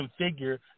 configure